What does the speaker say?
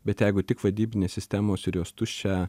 bet jeigu tik vadybinės sistemos ir jos tuščią